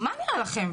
מה נראה לכם?